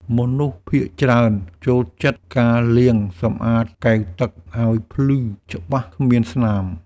មនុស្សភាគច្រើនចូលចិត្តការលាងសម្អាតកែវទឹកឱ្យភ្លឺច្បាស់គ្មានស្នាម។